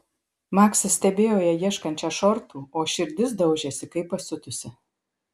maksas stebėjo ją ieškančią šortų o širdis daužėsi kaip pasiutusi